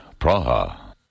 Praha